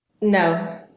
No